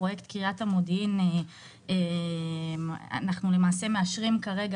בפרויקט קריית המודיעין אנחנו למעשה מאשרים כרגע